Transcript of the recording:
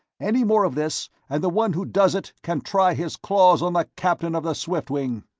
any more of this, and the one who does it can try his claws on the captain of the swiftwing!